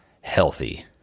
healthy